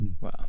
Wow